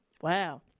Wow